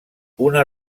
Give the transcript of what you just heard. una